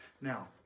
Now